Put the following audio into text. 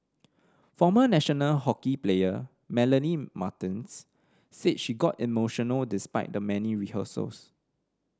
former national hockey player Melanie Martens said she got emotional despite the many rehearsals